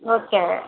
okay